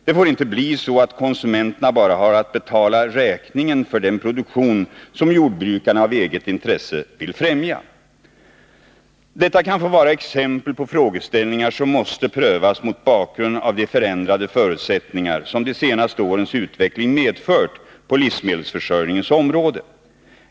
Det får inte bli så att konsumenterna bara har att betala räkningen för den produktion som jordbrukarna av eget intresse vill främja. Detta kan få vara exempel på frågeställningar som måste prövas mot bakgrund av de förändrade förutsättningar som de senaste årens utveckling medfört på livsmedelsförsörjningens område.